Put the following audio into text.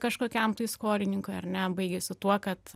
kažkokiam tai skolininkui ar ne baigėsi tuo kad